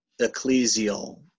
ecclesial